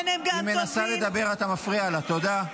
תודה.